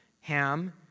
Ham